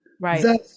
right